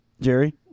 Jerry